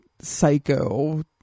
psycho